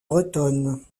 bretonne